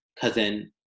cousin